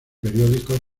periódicos